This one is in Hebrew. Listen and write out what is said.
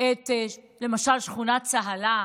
למשל את שכונת צהלה,